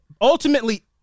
ultimately